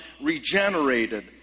regenerated